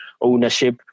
ownership